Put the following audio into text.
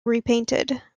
repainted